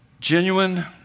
Genuine